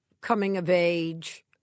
coming-of-age –